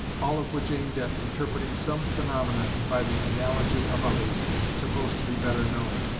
all of which aimed at interpreting some phaenomenon by the analogy of others supposed to be better known